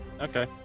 Okay